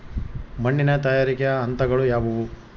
ಮಣ್ಣಿನ ತಯಾರಿಕೆಯ ಹಂತಗಳು ಯಾವುವು?